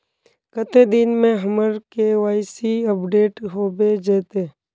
कते दिन में हमर के.वाई.सी अपडेट होबे जयते?